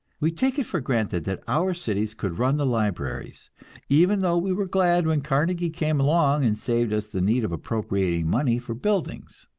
we take it for granted that our cities could run the libraries even though we were glad when carnegie came along and saved us the need of appropriating money for buildings.